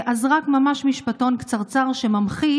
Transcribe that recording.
אז רק משפטון קצרצר שממחיש.